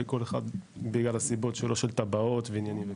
בכל אחד בגלל הסיבות שלו של תב"עות ועניינים כאלה.